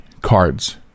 cards